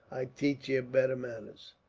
i'd tach ye better manners.